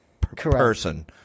person